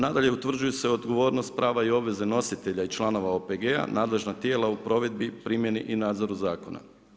Nadalje, utvrđuju se odgovornost, prava i obveze nositelja i članova OPG-a, nadležna tijela u promjeni, primjeni i nadzoru zakona.